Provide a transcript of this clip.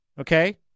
okay